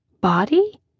Body